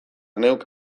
neuk